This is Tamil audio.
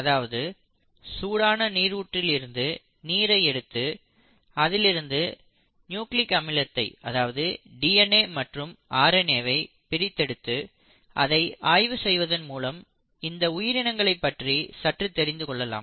அதாவது சூடான நீர் ஊற்றில் இருந்து நீரை எடுத்து அதிலிருந்து நியூக்ளிக் அமிலத்தை அதாவது டி என் ஏ மற்றும் ஆர் என் ஏ வை பிரித்தெடுத்து அதை ஆய்வு செய்வதன் மூலம் இந்த உயிரினங்களைப் பற்றி சற்று தெரிந்துகொள்ளலாம்